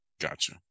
Gotcha